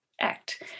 act